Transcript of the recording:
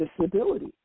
disability